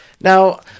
Now